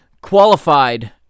qualified